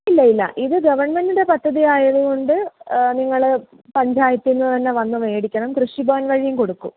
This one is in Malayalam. ഇല്ല ഇല്ല ഇത് ഗവണ്മെൻറ്റിൻറ്റെ പദ്ധതിയായതുകൊണ്ട് നിങ്ങൾ പഞ്ചായത്തീന്ന് തന്നെ വന്ന് മേടിക്കണം കൃഷി ഭവൻ വഴിയും കൊടുക്കും